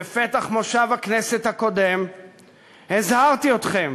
בפתח מושב הכנסת הקודם הזהרתי אתכם